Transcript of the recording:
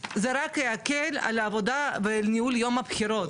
על העבודה ביום הבחירות.